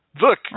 look